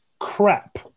crap